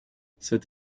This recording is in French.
cette